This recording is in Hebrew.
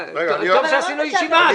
הבעיה.